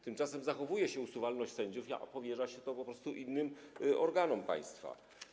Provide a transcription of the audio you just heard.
Tymczasem zachowuje się usuwalność sędziów, ale powierza się to po prostu innym organom państwa.